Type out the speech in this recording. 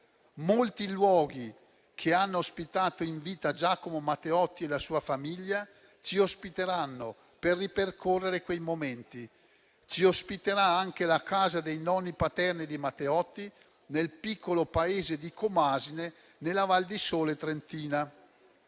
Molti luoghi che hanno ospitato in vita Giacomo Matteotti e la sua famiglia ci ospiteranno per ripercorrere quei momenti; ci ospiterà anche la casa dei nonni paterni di Matteotti nel piccolo paese di Comasine, nella Val di Sole trentina.